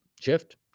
shift